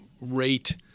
rate